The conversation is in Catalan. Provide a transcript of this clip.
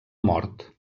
mort